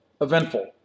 eventful